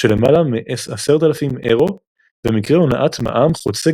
של למעלה מ-10,000 אירו ומקרי הונאת מע"מ חוצי